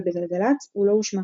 אבל בגלגלצ הוא לא הושמע".